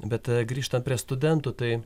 bet grįžtant prie studentų tai